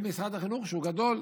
במשרד החינוך, שהוא גדול,